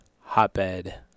hotbed